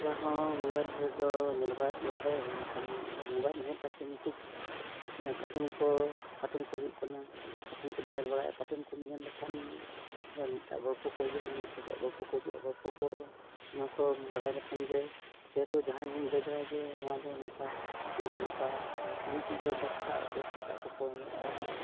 ᱡᱟᱦᱟᱸ ᱨᱮᱫᱚ ᱧᱮᱞ ᱵᱟᱲᱟᱭᱮᱫ ᱜᱮᱭᱟᱞᱮ ᱮᱱᱠᱷᱟᱱ ᱧᱮᱞ ᱠᱟᱛᱮᱫ ᱢᱤᱫᱴᱤᱡ ᱠᱚ ᱠᱚ ᱦᱩᱭᱩᱜ ᱠᱟᱱᱟ ᱠᱚᱞᱮ ᱧᱮᱞ ᱵᱟᱲᱟᱭᱮᱫᱼᱟ ᱠᱚ ᱧᱮᱞ ᱞᱮᱠᱷᱟᱱ ᱜᱚᱞᱯᱚ ᱠᱚ ᱦᱤᱡᱩᱜᱼᱟ ᱚᱱᱮ ᱢᱤᱫᱴᱤᱡᱟᱜ ᱜᱚᱞᱯᱚ ᱠᱚ ᱦᱤᱡᱩᱜᱼᱟ ᱜᱚᱞᱯᱚ ᱠᱚ ᱚᱱᱟ ᱠᱚ ᱵᱟᱲᱟᱭ ᱞᱮᱠᱷᱟᱱ ᱜᱮ ᱡᱮᱦᱩᱛᱩ ᱡᱟᱦᱟᱸᱭᱦᱚᱢ ᱞᱟᱹᱭ ᱫᱟᱲᱮᱭᱟ ᱡᱮ ᱱᱚᱣᱟ ᱫᱚ ᱱᱚᱝᱠᱟ ᱱᱚᱣᱟ ᱫᱚ ᱱᱚᱝᱠᱟ ᱢᱤᱫᱴᱤᱡ ᱫᱚ ᱵᱮᱥᱟᱜ ᱵᱮᱥᱼᱵᱮᱥᱟᱜ ᱠᱚᱠᱚ ᱢᱟᱱᱮ